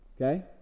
Okay